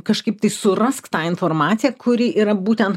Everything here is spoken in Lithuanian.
kažkaip tai surask tą informaciją kuri yra būtent